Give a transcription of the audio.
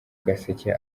gaseke